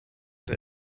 that